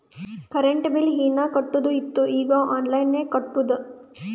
current bill ಹೀನಾ ಕಟ್ಟದು ಇತ್ತು ಈಗ ಆನ್ಲೈನ್ಲೆ ಕಟ್ಟುದ